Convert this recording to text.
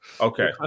okay